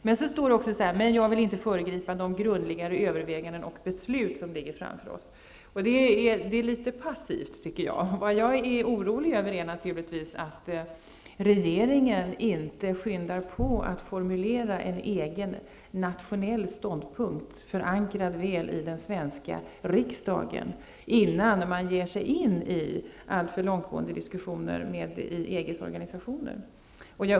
Det står också i svaret: ''Men jag vill inte föregripa de grundligare överväganden och beslut som ligger framför oss.'' Jag tycker att det är litet passivt. Jag är naturligtvis orolig över att regeringen inte skyndar på att formulera en egen nationell ståndpunkt som är väl förankrad i den svenska riksdagen innan den ger sig in i alltför långtgående diskussioner med EG:s organisationer.